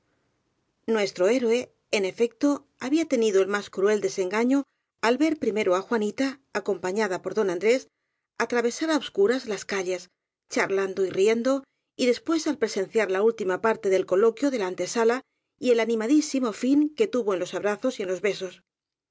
nuestro héroe en efecto había tenido el más cruel desengaño al ver primero á juanita acompa ñada por don andrés atravesar á obscuras las ca lles charlando y riendo y después al presenciar la ultima parte del coloquio de la antesala y el ani madísimo fin que tuvo en los abrazos y en los besos